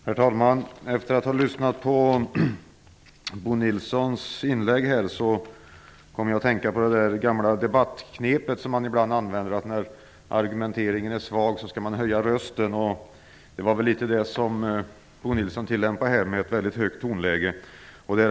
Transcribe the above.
Herr talman! Efter att ha lyssnat på Bo Nilssons inlägg kom jag att tänka på det gamla debattknepet att när argumenteringen är svag skall man höja rösten. Det var väl litet grand det Bo Nilsson tillämpade här med ett högt tonläge.